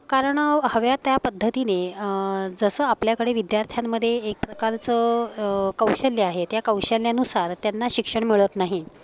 कारण हव्या त्या पद्धतीने जसं आपल्याकडे विद्यार्थ्यांमध्ये एक प्रकारचं कौशल्य आहे त्या कौशल्यानुसार त्यांना शिक्षण मिळत नाही